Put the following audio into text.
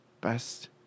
Best